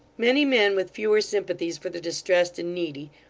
many men with fewer sympathies for the distressed and needy,